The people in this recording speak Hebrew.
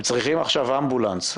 הם צריכים עכשיו אמבולנס.